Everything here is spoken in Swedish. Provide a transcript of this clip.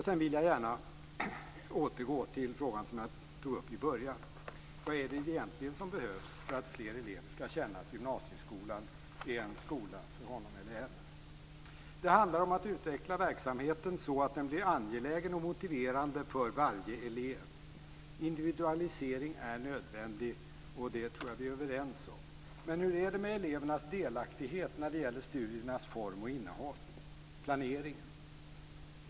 Sedan vill jag gärna återgå till den fråga som jag tog upp i början. Vad är det egentligen som behövs för att fler elever skall känna att gymnasieskolan är en skola för honom eller henne? Det handlar om att utveckla verksamheten så att den blir angelägen och motiverande för varje elev. Individualisering är nödvändig, och det tror jag att vi är överens om. Men hur är det med elevernas delaktighet när det gäller studiernas form och innehåll - planeringen?